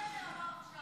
אריאל קלנר אמר עכשיו.